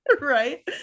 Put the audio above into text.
right